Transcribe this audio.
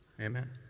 Amen